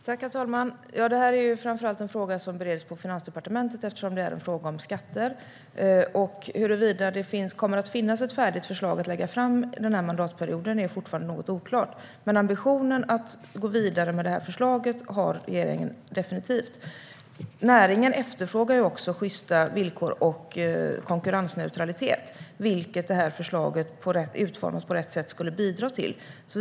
Herr talman! Det här är framför allt en fråga som bereds på Finansdepartementet, eftersom det är en fråga om skatter. Huruvida det kommer att finnas ett färdigt förslag att lägga fram den här mandatperioden är fortfarande något oklart, men ambitionen att gå vidare med det här förslaget har regeringen definitivt. Näringen efterfrågar också sjysta villkor och konkurrensneutralitet, vilket det här förslaget utformat på rätt sätt skulle bidra till.